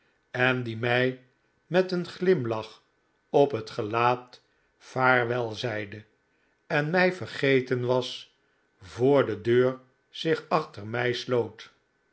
en die mij met een glimlach op het gelaat vaarwel zeide en mij vergeten was voor de deur zich achter mij sloot